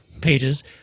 pages